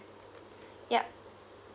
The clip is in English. yup